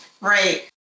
Right